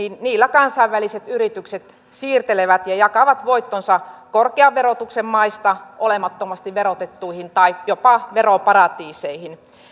kansainväliset yritykset siirtelevät ja jakavat voittonsa korkean verotuksen maista olemattomasti verotettuihin tai jopa veroparatiiseihin